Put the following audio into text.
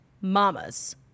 Mamas